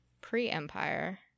pre-empire